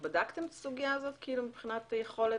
בדקתם את הסוגיה הזאת מבחינת יכולת?